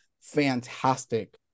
fantastic